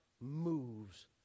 moves